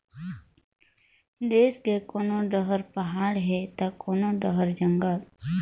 देस के कोनो डहर पहाड़ हे त कोनो डहर जंगल